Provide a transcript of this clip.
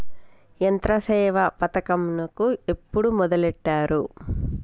యంత్రసేవ పథకమును ఎప్పుడు మొదలెట్టారు?